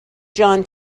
john